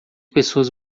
pessoas